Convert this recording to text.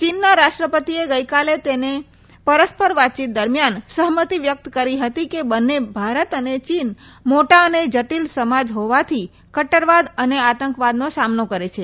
ચીની રાષ્ટ્રપતિએ ગઇકાલે તેમને પરસ્પર વાતચીત દરમિયાન સહમતિ વ્યક્ત કરી હતી કે બંને ભારત અને ચીન મોટા અને જટીલ સમાજ હોવાથી કદૃરવાદ અને આતંકવાદનો સામનો કરે છે